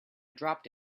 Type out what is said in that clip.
dropped